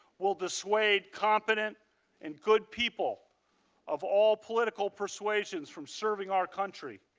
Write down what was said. will dissuade confident and good people of all political persuasions from serving our country.